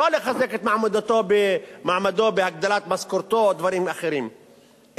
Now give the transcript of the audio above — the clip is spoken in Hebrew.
לא לחזק את מעמדו בהגדלת משכורתו או דברים אחרים,